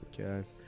Okay